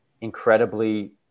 incredibly